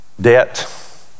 Debt